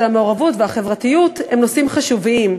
המעורבות והחברתיות הם נושאים חשובים.